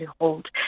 hold